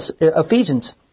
Ephesians